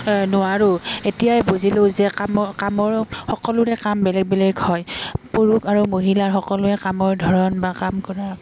নোৱাৰোঁ এতিয়াই বুজিলোঁ যে কামৰ কামৰো সকলোৰে কাম বেলেগ বেলেগ হয় পুৰুষ আৰু মহিলাৰ সকলোৱে কামৰ ধৰণ বা কাম কৰাৰ